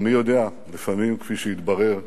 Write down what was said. ומי יודע, לפעמים, כפי שהתברר,